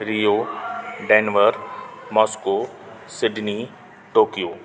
rio denver Moscow Sydney Tokyo